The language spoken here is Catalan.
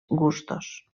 gustos